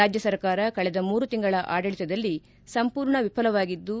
ರಾಜ್ಣ ಸರ್ಕಾರ ಕಳೆದ ಮೂರು ತಿಂಗಳ ಆಡಳಿತದಲ್ಲಿ ಸಂಪೂರ್ಣ ವಿಫಲವಾಗಿದ್ದು